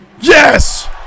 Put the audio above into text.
Yes